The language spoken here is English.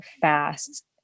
fast